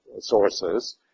sources